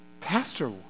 pastor